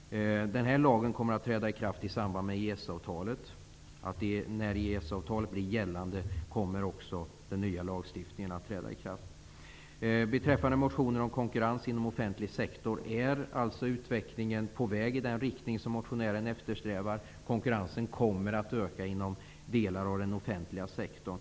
Den nya lagstiftningen kommer att träda i kraft i samband med att EES-avtalet blir gällande. Beträffande motionen om konkurrens inom offentlig sektor är alltså utvecklingen på väg i den riktning som motionären eftersträvar. Konkurrensen kommer att öka inom delar av den offentliga sektorn.